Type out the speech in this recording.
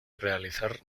realizar